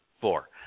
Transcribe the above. Four